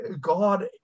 God